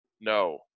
No